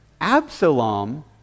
Absalom